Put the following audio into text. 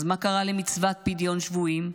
אז מה קרה למצוות פדיון השבויים?